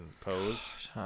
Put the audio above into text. pose